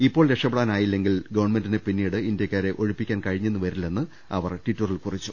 ഇപ്പോൾ രക്ഷപ്പെടാനായില്ലെങ്കിൽ ഗവൺമെന്റിന് പിന്നീട് ഇന്ത്യ ക്കാരെ ഒഴിപ്പിക്കാൻ കഴിഞ്ഞെന്ന് വരില്ലെന്ന് അവർ ടിറ്ററിൽ കുറിച്ചു